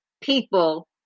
people